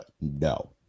No